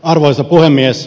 arvoisa puhemies